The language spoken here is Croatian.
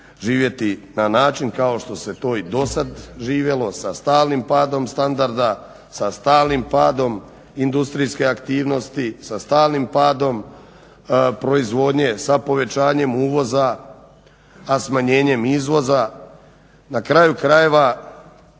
na način kao što se to i do sada živjelo sa stalnim padom standarda sa stalnim padom industrijske aktivnosti sa stalnim padom proizvodnje, sa povećanjem uvoza a smanjenjem izvoza. Na kraju krajeva